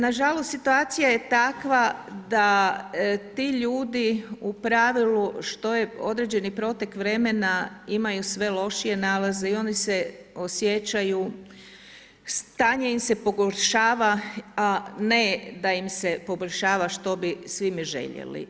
Nažalost situacija je takva, da ti ljudi u pravilu što je određeni pretek vremena, imaju sve lošije nalaze i oni se osjećaju stanje im se pogoršava, a ne da im se poboljšava što bi svi mi željeli.